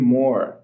more